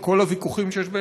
עם כל הוויכוחים שיש בינינו,